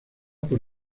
por